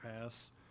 pass